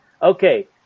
Okay